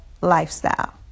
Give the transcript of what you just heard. lifestyle